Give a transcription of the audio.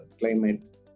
climate